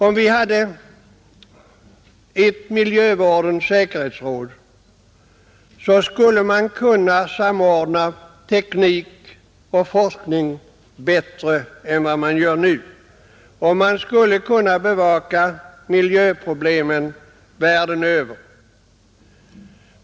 Om vi hade ett miljövårdens säkerhetsråd, skulle vi bättre kunna samordna teknik och forskning än vad vi gör nu. Man skulle kunna bevaka miljöproblemen världen över.